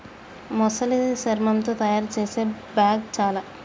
మొసలి శర్మముతో తాయారు చేసిన బ్యాగ్ చాల